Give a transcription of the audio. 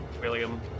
William